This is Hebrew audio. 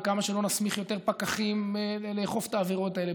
וכמה שלא נסמיך יותר פקחים לאכוף את העבירות האלה,